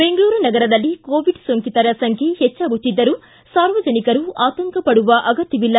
ಬೆಂಗಳೂರು ನಗರದಲ್ಲಿ ಕೋವಿಡ್ ಸೋಂಕಿತರ ಸಂಖ್ಯೆ ಹೆಚ್ಚಾಗುತ್ತಿದ್ದರೂ ಸಾರ್ವಜನಿಕರೂ ಆತಂಕಪಡುವ ಅಗತ್ಯವಿಲ್ಲ